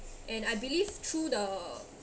and I believe through the